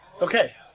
Okay